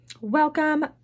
Welcome